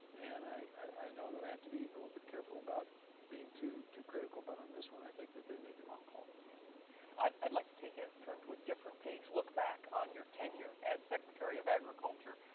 and i i know that i have to be a little bit careful about being too too critical, but on this one i think that they made the wrong call. pearson yeah i'd like to take a turn to a different page, look back on your tenure as secretary of agriculture.